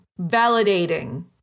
validating